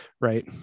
right